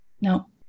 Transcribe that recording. No